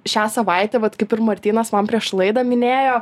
šią savaitę vat kaip ir martynas man prieš laidą minėjo